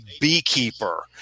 beekeeper